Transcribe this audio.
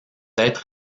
être